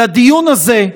לדיון הזה,